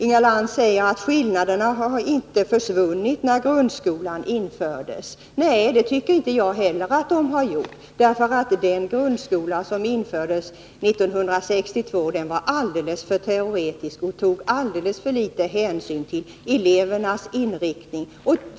Inga Lantz säger att skillnaderna inte har försvunnit när grundskolan infördes. Nej, det tycker inte jag heller att de har gjort, eftersom den grundskola som infördes 1962 var alldeles för teoretisk och tog alldeles för liten hänsyn till elevernas inriktning,